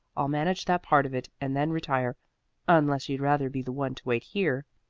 i'll manage that part of it and then retire unless you'd rather be the one to wait here.